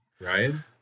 Ryan